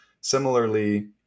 Similarly